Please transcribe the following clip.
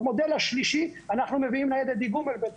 במודל השלישי אנחנו מביאים ניידת דיגום לבית